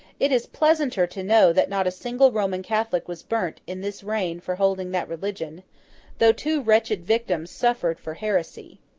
it is pleasanter to know that not a single roman catholic was burnt in this reign for holding that religion though two wretched victims suffered for heresy.